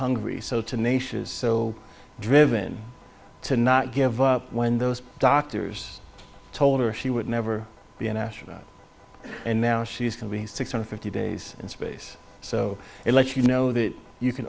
hungry so tenacious so driven to not give up when those doctors told her she would never be an astronaut and now she's going to be six hundred fifty days in space so it lets you know that you can